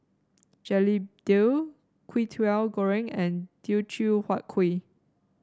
Begedil Kwetiau Goreng and Teochew Huat Kuih